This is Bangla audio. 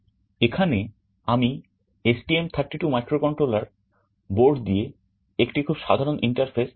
এখানে আমি STM32 মাইক্রোকন্ট্রোলার বোর্ড দিয়েএকটি খুব সাধারণ ইন্টারফেস দেখাচ্ছি